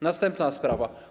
Następna sprawa.